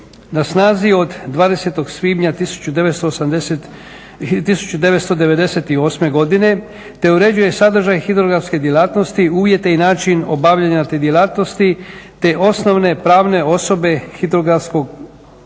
na snazi je od 20. svibnja 1998. godine te uređuje sadržaj hidrografske djelatnosti, uvjete i način obavljanja te djelatnosti te osnovne pravne osobe Hrvatskog